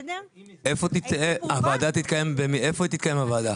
איפה תתקיים הוועדה.